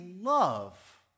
love